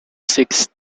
sixth